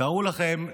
תארו לכם: